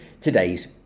today's